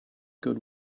good